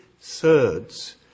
thirds